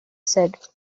said